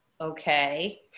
okay